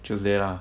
tuesday lah